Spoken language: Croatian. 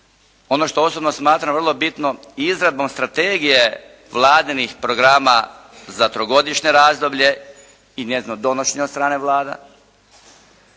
Ono što osobno smatram vrlo bitno i izradbom strategije vladinih programa za trogodišnje razdoblje i njezino donošenje od strane Vlada.